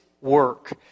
work